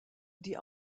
die